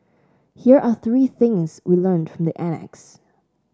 here are three things we learnt from the annex